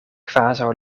kvazaŭ